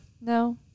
No